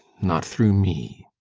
not through me.